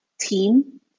team